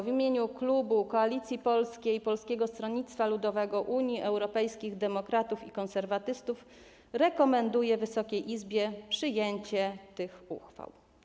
W imieniu klubu Koalicji Polskiej - Polskiego Stronnictwa Ludowego, Unii Europejskich Demokratów, Konserwatystów rekomenduję Wysokiej Izbie przyjęcie tych ustaw.